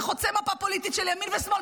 זה חוצה מפה פוליטית של ימין ושמאל.